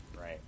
Right